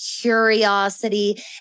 curiosity